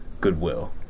goodwill